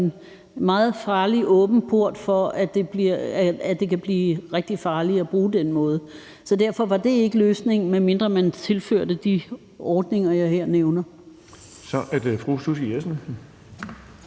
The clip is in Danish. en meget farlig åben port for, at det kan blive rigtig farligt at bruge den måde. Derfor var det ikke løsningen, medmindre man tilførte de ordninger, jeg her nævner.